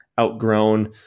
outgrown